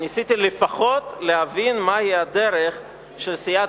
ניסיתי לפחות להבין מהי הדרך של סיעת